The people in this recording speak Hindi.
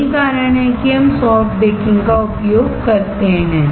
यही कारण है कि हम सॉफ्ट बेकिंग का उपयोग करते हैं